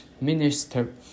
minister